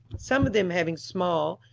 some of them having small,